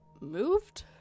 moved